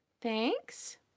Thanks